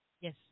Yes